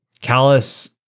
Callus